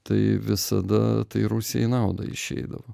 tai visada tai rusijai į naudą išeidavo